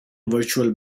virtual